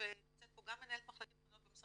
ונמצאת פה גם מנהלת מחלקת חנינות במשרד